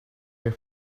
air